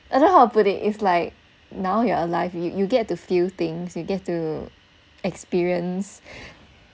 I don't know how to put it it's like now you are alive you you get to feel things you get to experience